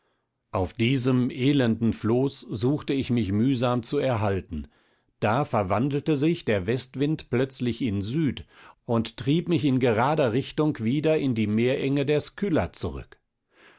auf diesem elenden floß suchte ich mich mühsam zu erhalten da verwandelte sich der westwind plötzlich in süd und trieb mich in gerader richtung wieder in die meerenge der skylla zurück